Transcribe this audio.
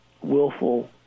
willful